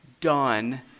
done